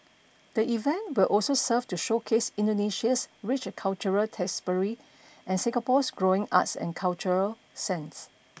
the event will also serve to showcase Indonesia's rich cultural tapestry and Singapore's growing arts and cultural sense